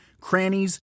crannies